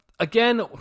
Again